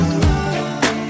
love